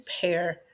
pair